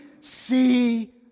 see